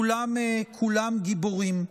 כולם כולם גיבורים.